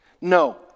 No